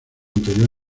anterior